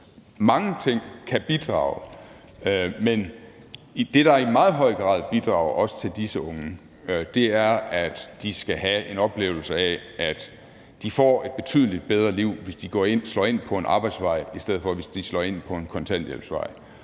mange ting kan bidrage. Men det, der i meget høj grad også bidrager til disse unges liv, er, at de skal have en oplevelse af, at de får et betydelig bedre liv, hvis de slår ind på en arbejdsvej, end hvis de slår ind på en kontanthjælpsvej.